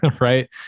right